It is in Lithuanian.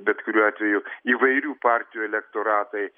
bet kuriuo atveju įvairių partijų elektoratai